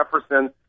Jefferson